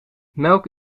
melk